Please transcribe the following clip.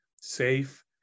safe